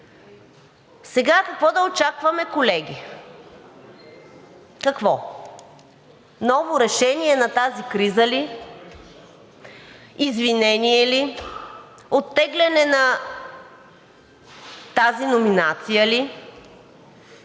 Сега какво да очакваме, колеги? Какво? Ново решение на тази криза ли? Извинение ли? Оттегляне на тази номинация ли?